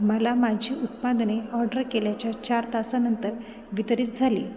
मला माझी उत्पादने ऑड्रर केल्याच्या चार तासानंतर वितरित झाली